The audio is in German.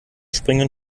springen